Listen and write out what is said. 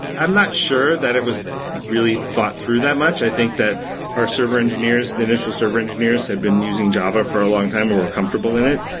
i'm not sure that it was really thought through that much. i think that our server engineers, the initial server engineers had been using java for a long-time and we're comfortable in it.